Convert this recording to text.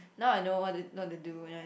now I know what to what to do when I